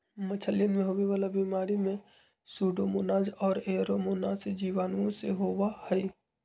मछलियन में होवे वाला बीमारी में सूडोमोनाज और एयरोमोनास जीवाणुओं से होबा हई